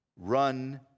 Run